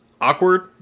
awkward